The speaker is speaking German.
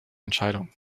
entscheidung